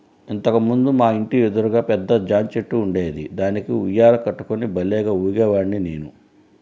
ఇంతకు ముందు మా ఇంటి ఎదురుగా పెద్ద జాంచెట్టు ఉండేది, దానికి ఉయ్యాల కట్టుకుని భల్లేగా ఊగేవాడ్ని నేను